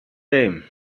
them